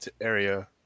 area